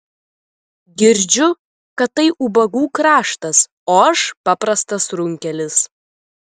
girdžiu kad tai ubagų kraštas o aš paprastas runkelis